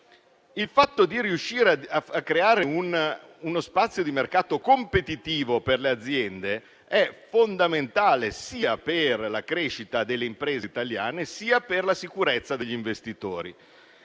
Il fatto di riuscire a creare uno spazio di mercato competitivo per le aziende è fondamentale, sia per la crescita delle imprese italiane, sia per la sicurezza degli investitori.